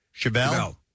Chevelle